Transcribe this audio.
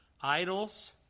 Idols